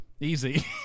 Easy